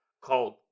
called